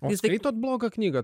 tai skaitot blogą knygą